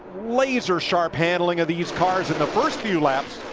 laser-sharp handling of these cars in the first few laps?